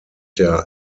der